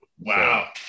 Wow